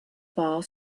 bar